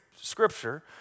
scripture